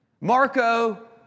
Marco